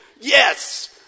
Yes